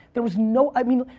there was no. i mean,